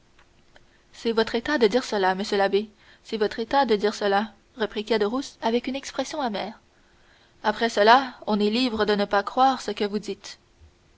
c'est votre état de dire cela monsieur l'abbé c'est votre état de dire cela reprit caderousse avec une expression amère après cela on est libre de ne pas croire ce que vous dites